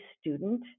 student